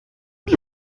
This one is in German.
die